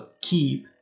keep